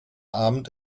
abend